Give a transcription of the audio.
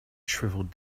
shriveled